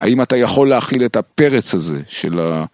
האם אתה יכול להכיל את הפרץ הזה של ה...